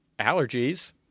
allergies